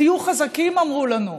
תהיו חזקים, אמרו לנו,